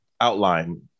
Outline